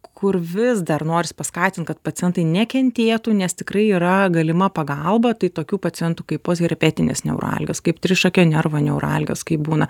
kur vis dar norisi paskatint kad pacientai nekentėtų nes tikrai yra galima pagalba tai tokių pacientų kaip posherpetinės neuralgijos kaip trišakio nervo neuralgijos kaip būna